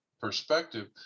perspective